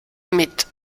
mit